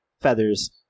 feathers